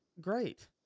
great